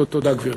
תודה, גברתי.